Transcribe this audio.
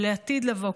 ולעתיד לבוא,